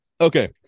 Okay